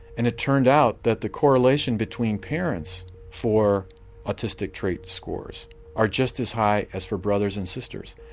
and it turned out that the correlation between parents for autistic trait scores are just as high as for brothers and sisters.